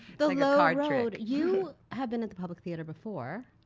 the low um road. you have been at the public theater before.